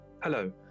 Hello